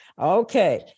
Okay